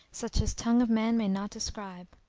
such as tongue of man may not describe.